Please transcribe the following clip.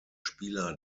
spieler